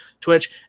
Twitch